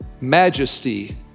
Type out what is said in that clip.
majesty